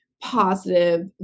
positive